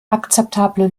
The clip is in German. akzeptable